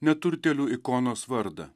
neturtėlių ikonos vardą